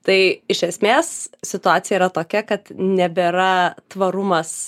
tai iš esmės situacija yra tokia kad nebėra tvarumas